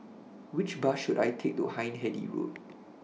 Which Bus should I Take to Hindhede Road